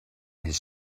his